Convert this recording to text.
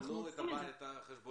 שיסמנו את החשבונות